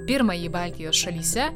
pirmąjį baltijos šalyse